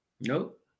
Nope